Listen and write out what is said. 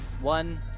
One